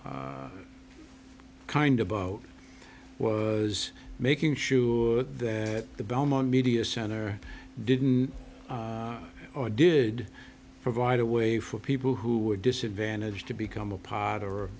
kind about was making sure that the belmont media center didn't or did provide a way for people who were disadvantaged to become a pod or